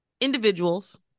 individuals